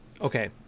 okay